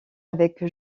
avec